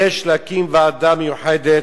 יש להקים ועדה מיוחדת,